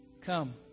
come